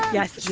yes